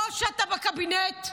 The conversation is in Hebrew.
או שאתה בקבינט,